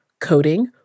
coding